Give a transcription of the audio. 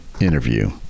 interview